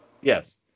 Yes